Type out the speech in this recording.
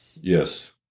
Yes